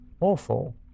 awful